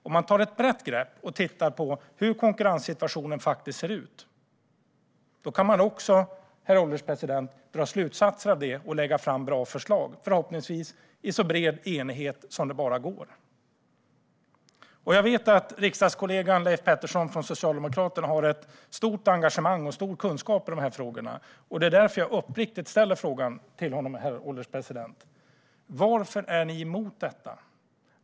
Om man tar ett brett grepp och tittar på hur konkurrenssituationen ser ut kan man också, herr ålderspresident, dra slutsatser av det och lägga fram bra förslag, förhoppningsvis i så bred enighet som det bara går. Jag vet att riksdagskollegan Leif Pettersson från Socialdemokraterna har ett stort engagemang och stor kunskap i de här frågorna. Det är därför jag uppriktigt ställer frågan till honom, herr ålderspresident: Varför är ni emot detta?